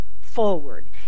forward